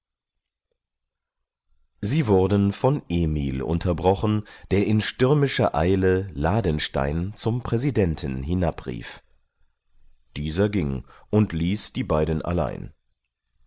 sie wurden von emil unterbrochen der in stürmischer eile ladenstein zum präsidenten hinabrief dieser ging und ließ die beiden allein